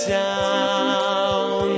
down